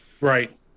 Right